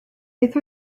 beth